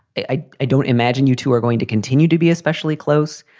i don't imagine you two are going to continue to be especially close.